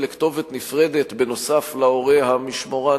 את המידע לכתובת נפרדת נוסף על ההורה המשמורן,